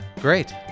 great